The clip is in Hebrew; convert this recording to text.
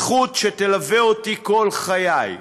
זכות שתלווה אותי כל חיי.